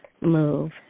move